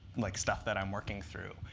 like stuff that i'm working through.